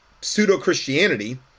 pseudo-Christianity